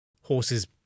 horses